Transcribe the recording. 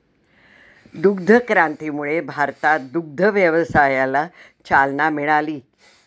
दुग्ध क्रांतीमुळे भारतात दुग्ध व्यवसायाला चालना मिळाली